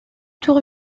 tour